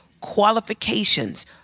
qualifications